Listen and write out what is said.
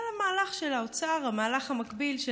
אבל המהלך של האוצר,